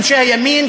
אנשי הימין,